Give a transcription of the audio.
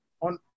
on